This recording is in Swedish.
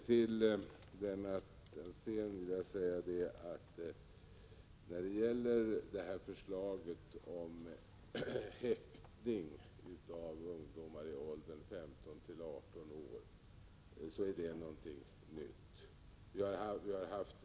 Herr talman! Jag vill säga till Lennart Alsén att förslaget om häktning av ungdomar i åldern 15-18 år är något nytt.